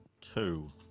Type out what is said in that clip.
two